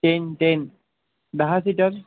ten ten दहा seater